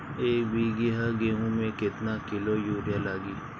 एक बीगहा गेहूं में केतना किलो युरिया लागी?